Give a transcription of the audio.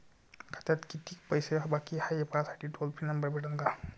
खात्यात कितीकं पैसे बाकी हाय, हे पाहासाठी टोल फ्री नंबर भेटन का?